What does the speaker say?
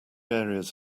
areas